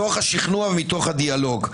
מתוך השכנוע ומתוך הדיאלוג.